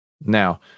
Now